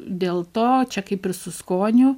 dėl to čia kaip ir su skoniu